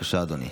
בבקשה, אדוני.